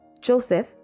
Joseph